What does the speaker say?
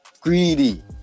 greedy